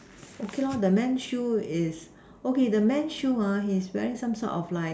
okay lor the man shoe is okay the man shoe ah his wearing some sort of like